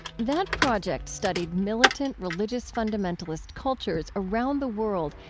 that project studied militant religious fundamentalist cultures around the world,